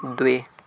द्वे